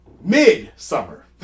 Midsummer